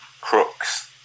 Crooks